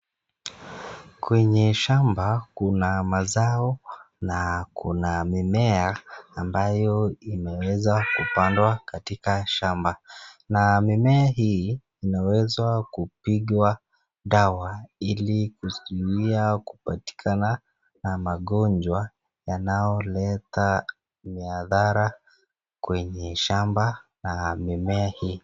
Kwenye shamba kuna mazao na pia kuna mimea ambayo imepandwa katika shamba na mimea hii inaweza kupigwa dawa ili kuzuiliaa kupatwa na magonjwa yanayoleta madhara kwenye shamba na mimea hii.